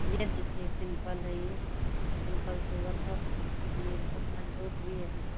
ये लीजिए सिंपल है ये सिंपल सोबर बहुत अच्छी भी बहुत मजबूत भी है